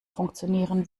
funktionieren